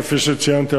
כפי שציינתי,